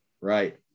Right